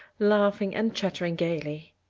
laughing and chattering gaily.